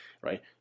right